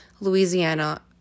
Louisiana